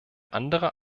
andere